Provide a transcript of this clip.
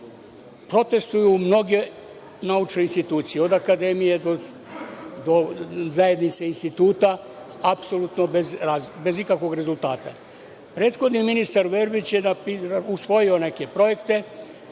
Protestuju mnoge naučne institucije od akademije do zajednice instituta, apsolutno bez ikakvog rezultata. Prethodni ministar Verbić je usvojio neke projekte,